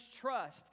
trust